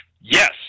Yes